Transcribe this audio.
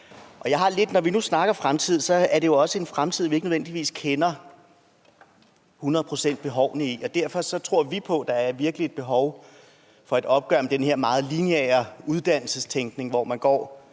Når vi nu snakker fremtid, er det jo også en fremtid, hvor vi ikke nødvendigvis kender behovene hundrede procent. Og derfor tror vi på, at der virkelig er et behov for et opgør med den her meget lineære uddannelsestænkning, hvor man går